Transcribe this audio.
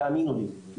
תאמינו לי,